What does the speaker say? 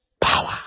power